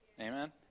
Amen